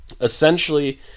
essentially